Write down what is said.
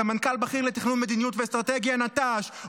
סמנכ"ל בכיר לתכנון מדיניות ואסטרטגיה נטש,